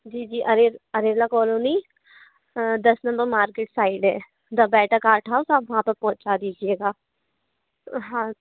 जी जी अरे अरेला कॉलोनी दस नंबर मार्केट साइड है द बैठक आर्ट हाउस आप वहाँ पर पहुंचा दीजिएगा अ हाँ